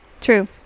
True